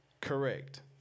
correct